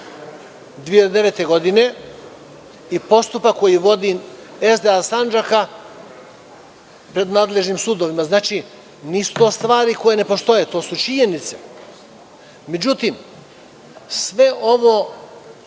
2009. godine i postupak koji vodi SDA Sandžak pred nadležnim sudovima. Znači, nisu to stvari koje ne postoje, to su činjenice.Međutim, sve ovo